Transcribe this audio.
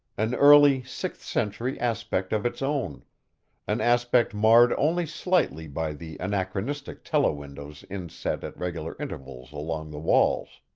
an early sixth-century aspect of its own an aspect marred only slightly by the anachronistic telewindows inset at regular intervals along the walls.